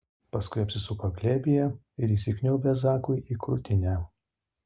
paskui apsisuko glėbyje ir įsikniaubė zakui į krūtinę